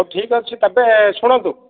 ହଉ ଠିକ୍ ଅଛି ତେବେ ଶୁଣନ୍ତୁ